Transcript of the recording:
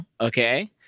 Okay